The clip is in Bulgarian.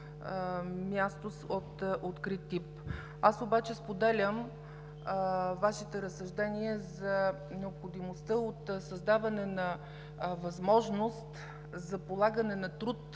място от открит тип. Аз обаче споделям Вашите разсъждения за необходимостта от създаване на възможност за полагане на труд